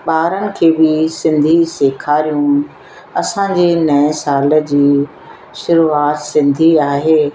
ॿारन खे बि सिंधी सेखारियूं असांजे नए साल जी शुरूआत सिंधी आहे